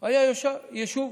היה יישוב